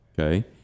Okay